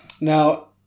Now